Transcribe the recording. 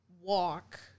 walk